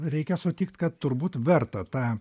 reikia sutikt kad turbūt verta tą